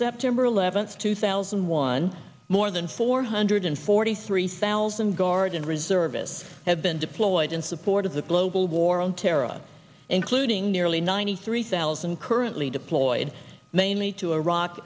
september eleventh two thousand and one more than four hundred forty three thousand guard and reservists have been deployed in support of the global war on terror including nearly ninety three thousand currently deployed mainly to iraq